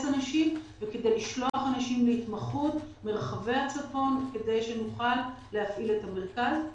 אנשים וכדי לשלוח אנשים להתמחות מרחבי הצפון כדי שנוכל להפעיל את המרכז.